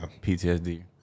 PTSD